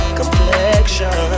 complexion